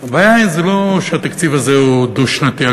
הבעיה היא לא שהתקציב הזה הוא דו-שנתי.